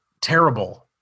terrible